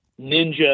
ninja